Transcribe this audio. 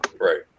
right